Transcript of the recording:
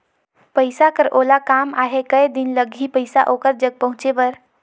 पइसा कर ओला काम आहे कये दिन लगही पइसा ओकर जग पहुंचे बर?